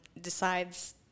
decides